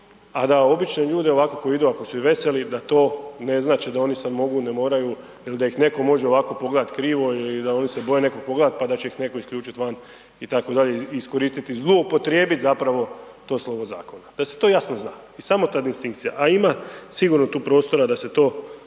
a da obične ljude ovako koji idu ako su i veseli da to ne znači da sad oni mogu, ne moraju ili da ih neko može ovako pogledat krivo ili da oni se boje nekog pogleda, pa da će ih neko isključit van itd., iskoristiti i zloupotrijebit zapravo to slovo zakona, da se to jasno zna i samo ta distinkcija, a ima sigurno tu prostora da se to